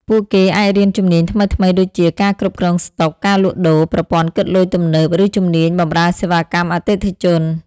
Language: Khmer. ពួកគេអាចរៀនជំនាញថ្មីៗដូចជា ការគ្រប់គ្រងស្តុក ការលក់ដូរ ប្រព័ន្ធគិតលុយទំនើប ឬជំនាញបម្រើសេវាកម្មអតិថិជន។